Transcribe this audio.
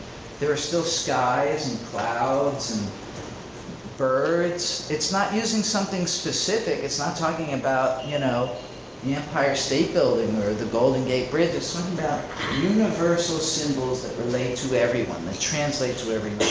there are still skies and clouds and birds. it's not using something specific. it's not talking about you know the empire state building or the golden gate bridge. it's something about universal symbols that relate to everyone, that translate to every